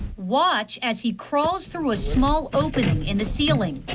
watch as he crawls through a small opening in the ceiling.